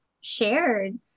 shared